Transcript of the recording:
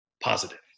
positive